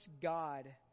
God